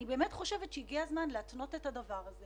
אני באמת חושבת שהגיע הזמן להתנות את הדבר הזה